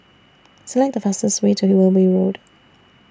Select The fastest Way to Wilby Road